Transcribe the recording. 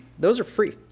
those are free.